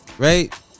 Right